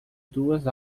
duas